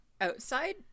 outside